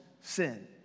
sin